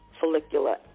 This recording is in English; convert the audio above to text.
follicular